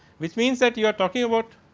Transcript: which means at you are talking about,